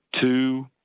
Two